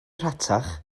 rhatach